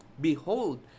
behold